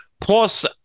Plus